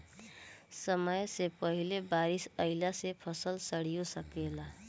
समय से पहिले बारिस अइला से फसल सडिओ सकेला